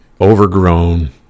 overgrown